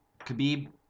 Khabib